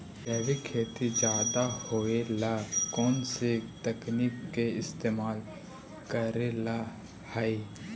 जैविक खेती ज्यादा होये ला कौन से तकनीक के इस्तेमाल करेला हई?